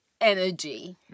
energy